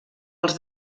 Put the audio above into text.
als